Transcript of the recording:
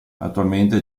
attualmente